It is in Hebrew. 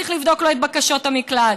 צריך לבדוק לו את בקשת המקלט.